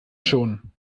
schon